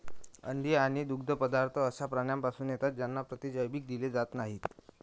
अंडी आणि दुग्धजन्य पदार्थ अशा प्राण्यांपासून येतात ज्यांना प्रतिजैविक दिले जात नाहीत